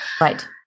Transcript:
Right